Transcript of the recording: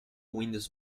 windows